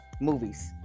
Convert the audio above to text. movies